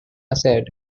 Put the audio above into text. said